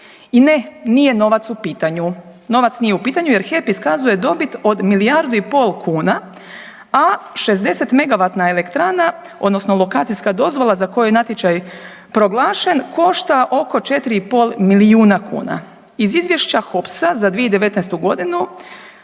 I ne, nije novac u pitanju. Novac nije u pitanju jer HEP iskazuje dobit od milijardu i pol kuna, a 60-megavatna elektrana odnosno alokacijska dozvola za koju je natječaj proglašen košta oko 4,5 milijuna kuna. Iz izvješća HOPS-a za 2019.g.